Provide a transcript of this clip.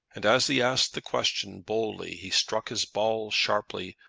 and as he asked the question boldly he struck his ball sharply,